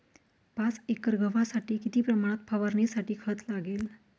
पाच एकर गव्हासाठी किती प्रमाणात फवारणीसाठी खत लागेल?